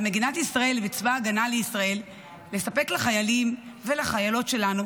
על מדינת ישראל וצבא ההגנה לישראל לספק לחיילים ולחיילות שלנו